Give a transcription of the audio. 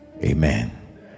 amen